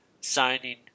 signing